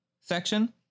section